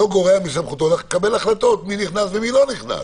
לא גורע מסמכותו לקבל החלטות מי נכנס ומי לא נכנס.